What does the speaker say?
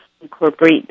incorporate